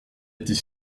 était